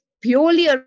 purely